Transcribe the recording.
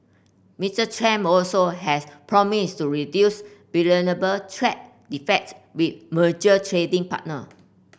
Mister Trump also has promised to reduce trad deficits with major trading partner